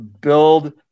build